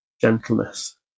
gentleness